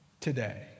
today